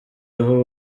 aho